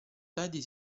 tardi